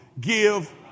give